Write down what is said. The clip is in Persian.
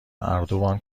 اردوان